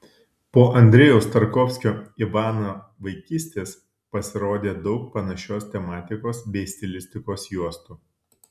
po andrejaus tarkovskio ivano vaikystės pasirodė daug panašios tematikos bei stilistikos juostų